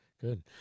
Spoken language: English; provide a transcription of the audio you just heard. Good